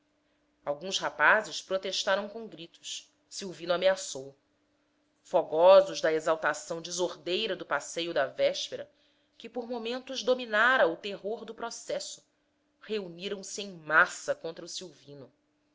alguns rapazes protestaram com gritos silvino ameaçou fogosos da exaltação desordeira do passeio da véspera que por momentos dominara o terror do processo reuniram-se em massa contra o silvino